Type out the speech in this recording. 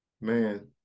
Man